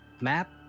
map